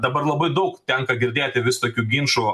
dabar labai daug tenka girdėti visokių ginčų